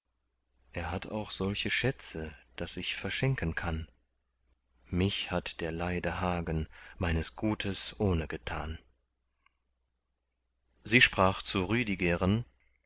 er hat auch solche schätze daß ich verschenken kann mich hat der leide hagen meines gutes ohne getan sie sprach zu rüdigeren